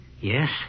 Yes